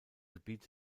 gebiet